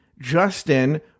Justin